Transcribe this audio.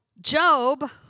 Job